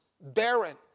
barren